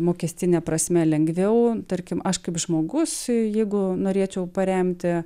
mokestine prasme lengviau tarkim aš kaip žmogus jeigu norėčiau paremti